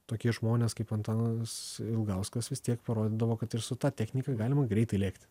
tokie žmonės kaip antanas ilgauskas vis tiek parodydavo kad ir su ta technika galima greitai lėkti